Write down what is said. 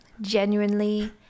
genuinely